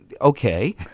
okay